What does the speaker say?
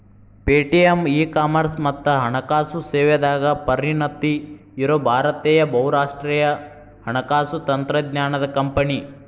Paytm e commerce ಮತ್ತ ಹಣಕಾಸು ಸೇವೆದಾಗ ಪರಿಣತಿ ಇರೋ ಭಾರತೇಯ ಬಹುರಾಷ್ಟ್ರೇಯ ಹಣಕಾಸು ತಂತ್ರಜ್ಞಾನದ್ ಕಂಪನಿ